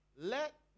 Let